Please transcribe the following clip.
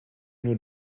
nur